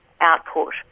output